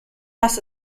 was